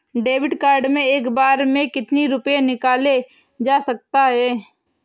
David card से एक बार में कितनी रूपए निकाले जा सकता है?